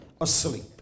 asleep